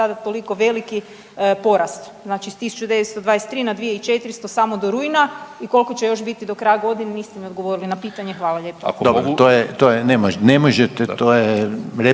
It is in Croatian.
sada toliko veliki porast s 1923 na 2400 samo do rujna i koliko će još biti do kraja godine niste mi odgovorili na pitanje. Hvala lijepa.